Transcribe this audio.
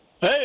Hey